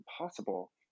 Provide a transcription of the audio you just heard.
impossible